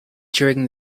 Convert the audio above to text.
during